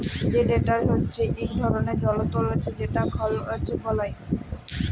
হে টেডার হচ্যে ইক ধরলের জলতর যেট খড় বলায়